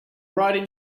right